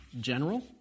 general